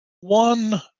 one